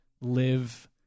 live